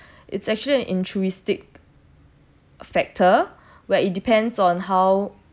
it's actually an intrinsic factor where it depends on how